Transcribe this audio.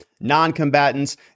non-combatants